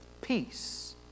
Peace